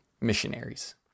missionaries